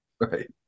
Right